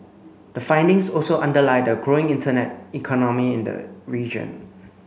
the findings also underlie the growing internet economy in the region